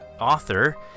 author